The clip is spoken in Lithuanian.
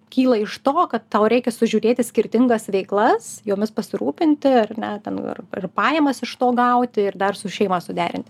kyla iš to kad tau reikia sužiūrėti skirtingas veiklas jomis pasirūpinti ar ne ten ir pajamas iš to gauti ir dar su šeima suderinti